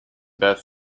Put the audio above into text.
beth